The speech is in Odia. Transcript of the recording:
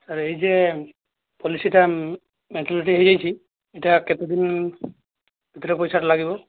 ସାର୍ ଏଇଯେ ପଲିସିଟା ମ୍ୟାଚୁରିଟି ହୋଇଯାଇଛି ଏଇଟା କେତେ ଦିନ କେତେ ପଇସାରେ ଲାଗିବ